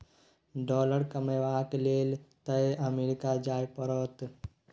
dollar comeback लेल तए America जाय परतौ